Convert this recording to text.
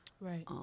Right